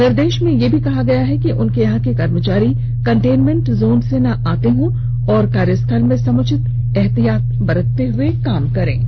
निर्देश में यह भी कहा गया है कि उनके यहां के कर्मचारी कंटेनमेंट जोन से न आते हों और कार्यस्थल में समुचित एहतियात बरतते हुए काम करेंगे